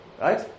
Right